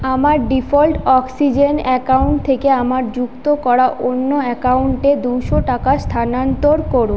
আমার default Oxigen account থেকে আমার যুক্ত করা অন্য অ্যাকাউন্টে দুশো টাকা স্থানান্তর করো